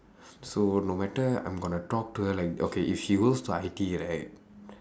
so no matter I'm going to talk to her like okay if she goes to I_T_E right